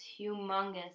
humongous